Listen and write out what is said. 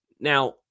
Now